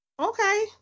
Okay